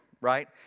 right